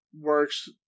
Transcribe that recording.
works